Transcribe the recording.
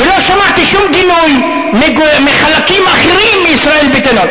ולא שמעתי שום גינוי מחלקים אחרים מישראל ביתנו.